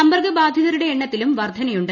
സമ്പർക്കബാധിതരുടെ എണ്ണത്തിലും വർധനയുണ്ട്